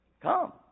Come